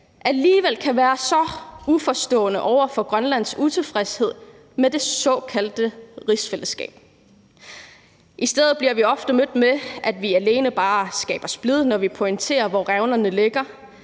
alligevel kan være så uforstående over for Grønlands utilfredshed med det såkaldte rigsfællesskab. I stedet bliver vi ofte mødt med, at vi alene bare skaber splid, når vi pointerer, hvor revnerne ligger.